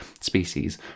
species